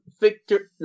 Victor